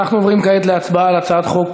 אנחנו עוברים כעת להצבעה על הצעת חוק